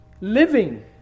living